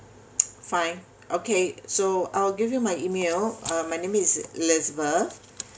fine okay so I'll give you my email uh my name is elizabeth